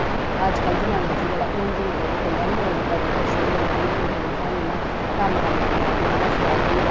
अजकल जमाने जेहड़ा हून यूट्यूब खुल्लेआ ना लोक बडे़ खुश होई गे मतलब कि यूट्यूब सानू इन्ना कम्म करने दे माध्यम दा दसदा कि